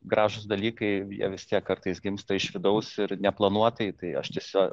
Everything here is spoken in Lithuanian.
gražūs dalykai jie vis tiek kartais gimsta iš vidaus ir neplanuotai tai aš tiesiog